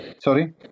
Sorry